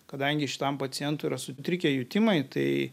kadangi šitam pacientui yra sutrikę jutimai tai